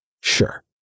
Sure